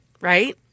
Right